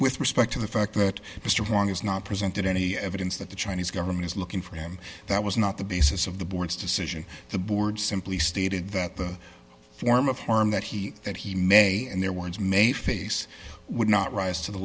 with respect to the fact that mr wong has not presented any evidence that the chinese government is looking for him that was not the basis of the board's decision the board simply stated that the form of harm that he that he may and their words may face would not rise to the